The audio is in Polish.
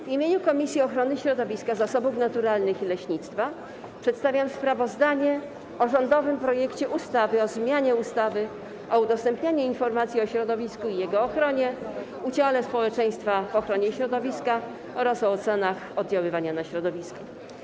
W imieniu Komisji Ochrony Środowiska, Zasobów Naturalnych i Leśnictwa przedstawiam sprawozdanie o rządowym projekcie ustawy o zmianie ustawy o udostępnianiu informacji o środowisku i jego ochronie, udziale społeczeństwa w ochronie środowiska oraz o ocenach oddziaływania na środowisko.